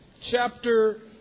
chapter